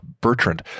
Bertrand